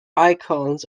icons